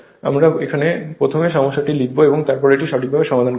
আমরা এখানে প্রথমে সমস্যাটি লিখব এবং তারপরে এটি সঠিকভাবে সমাধান করব